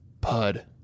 Pud